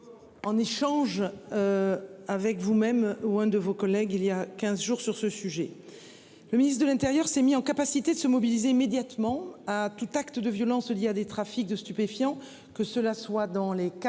En échange. Avec vous-même ou un de vos collègues, il y a 15 jours sur ce sujet. Le ministre de l'Intérieur s'est mis en capacité de se mobiliser immédiatement à tout acte de violence, il y a des trafics de stupéfiants, que cela soit dans les